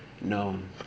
known